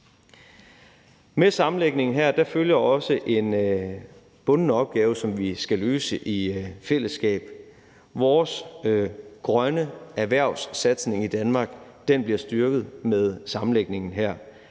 Med sammenlægningen her følger også en bunden opgave, som vi skal løse i fællesskab. Vores grønne erhvervssatsning i Danmark bliver styrket med sammenlægningen her.